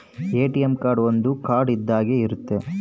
ATM card ಒಂದ್ card ಇದ್ದಂಗೆ ಇರುತ್ತೆ